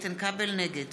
נגד